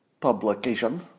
publication